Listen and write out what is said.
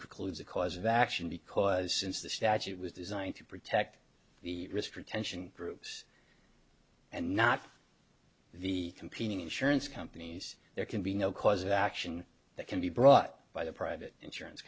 precludes a cause of action because since the statute was designed to protect the risk retention groups and not the competing insurance companies there can be no cause of action that can be brought by the private insurance